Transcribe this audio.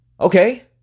okay